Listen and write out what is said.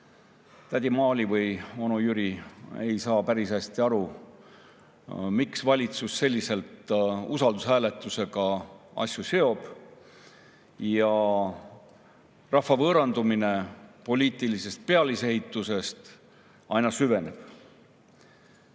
tädi Maali või onu Jüri ei saa päris hästi aru, miks valitsus asju selliselt usaldushääletusega seob, ja rahva võõrandumine poliitilisest pealisehitusest aina süveneb.